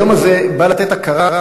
היום הזה בא לתת הכרה,